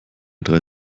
drei